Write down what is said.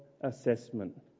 assessment